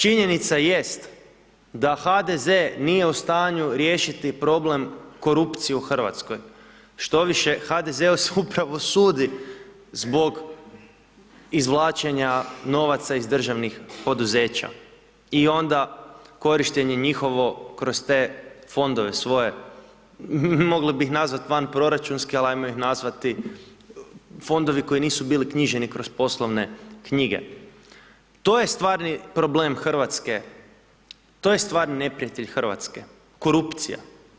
Činjenica jest da HDZ nije u stanju riješiti problem korupciju u RH, štoviše, HDZ-u se upravo sudi zbog izvlačenja novaca iz državnih poduzeća i onda korištenje njihovo kroz te fondove svoje, mogli bi ih nazvati vanproračunski, al ajmo ih nazvati fondovi koji nisu bili knjiženi kroz poslovne knjige, to je stvarni problem RH, to je stvarni neprijatelj RH, korupcija.